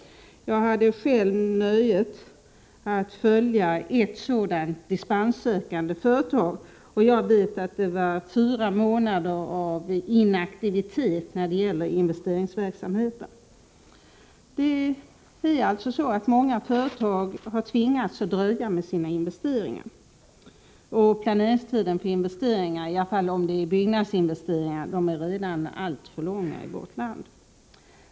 Jag hade själv nöjet att följa ett sådant dispenssökande företag, och jag vet att där var fyra månader av inaktivitet när det gällde investeringsverksamheten. Många företag har alltså tvingats dröja med sina investeringar. Planeringstiden för investeringar — i varje fall byggnadsinvesteringar — är redan alltför lång i vårt land.